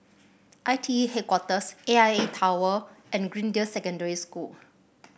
I T E Headquarters A I A Tower and Greendale Secondary School